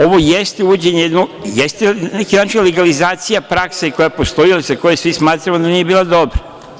Ovo jeste na neki način legalizacija prakse koja postoji, ali za koju svi smatramo da nije bila dobra.